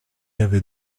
avait